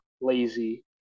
lazy